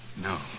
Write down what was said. No